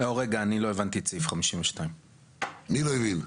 רגע, אני לא הבנתי את סעיף 52. מי לא הבין?